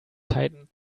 tightened